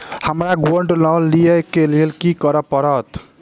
हमरा gold loan लिय केँ लेल की करऽ पड़त?